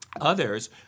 Others